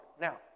Now